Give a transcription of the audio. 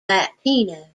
latino